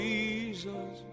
Jesus